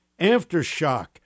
Aftershock